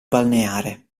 balneare